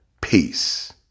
Peace